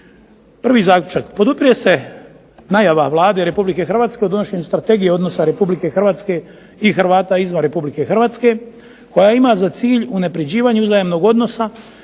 Prvi zaključak: Podupire se najava Vlade Republike Hrvatske o donošenju Strategije odnosa Republike Hrvatske i Hrvata izvan Republike Hrvatske koja ima za cilj unapređivanje uzajamnog odnosa